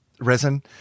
resin